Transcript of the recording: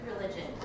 religion